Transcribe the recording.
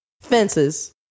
Fences